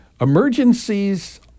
Emergencies